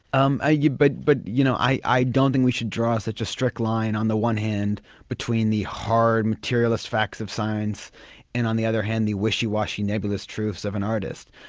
um ah but but you know i i don't think we should draw such a strict line on the one hand between the hard, materialist facts of science and on the other hand the wishy-washy, nebulous truths of an artist.